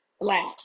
black